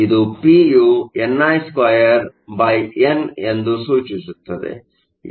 ಇದು p ಯು ni2n ಎಂದು ಸೂಚಿಸುತ್ತದೆ